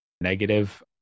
negative